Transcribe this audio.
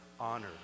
honor